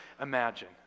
imagine